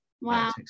wow